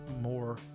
more